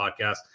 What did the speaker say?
podcast